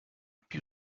più